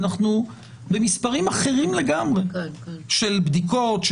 אנחנו במספרים אחרים לגמרי של בדיקות,